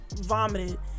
vomited